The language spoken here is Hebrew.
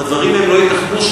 והדברים לא ייתכנו,